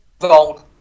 wrong